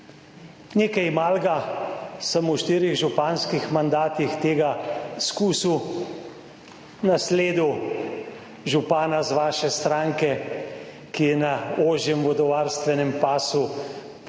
Nekaj malega sem v štirih županskih mandatih tega izkusil, nasledil župana z vaše stranke, ki je na ožjem vodovarstvenem pasu želel